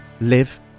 live